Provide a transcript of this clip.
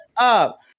up